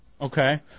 Okay